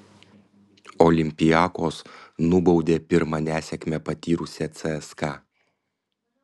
olympiakos nubaudė pirmą nesėkmę patyrusią cska